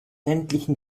ländlichen